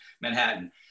Manhattan